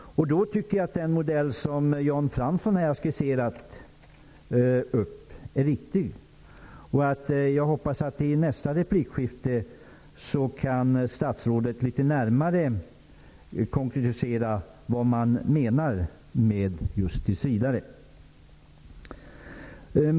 Då tycker jag att den modell som Jan Fransson här har skisserat är riktig. Jag hoppas att statsrådet i nästa replikskifte kan konkretisera litet närmare vad han menar med just ''tills vidare''.